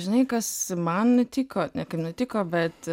žinai kas man nutiko ne kaip nutiko bet